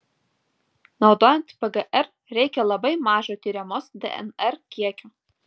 naudojant pgr reikia labai mažo tiriamos dnr kiekio